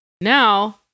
Now